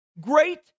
Great